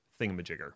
thingamajigger